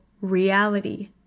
reality